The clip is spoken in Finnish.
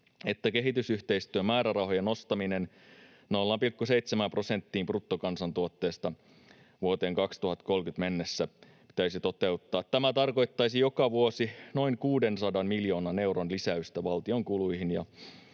että kehitysyhteistyömäärärahojen nostaminen 0,7 prosenttiin bruttokansantuotteesta vuoteen 2030 mennessä pitäisi toteuttaa. Tämä tarkoittaisi joka vuosi noin 600 miljoonan euron lisäystä valtion kuluihin